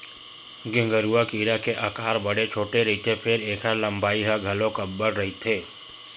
गेंगरूआ कीरा के अकार बड़े छोटे रहिथे फेर ऐखर लंबाई ह घलोक अब्बड़ रहिथे